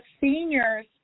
seniors